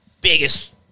biggest